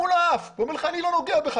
מול האף ואומר לך אני לא נוגע בך.